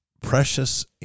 precious